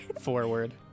forward